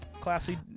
Classy